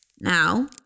Now